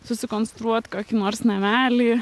susikonstruot kokį nors namelį